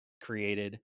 created